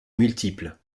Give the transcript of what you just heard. multiples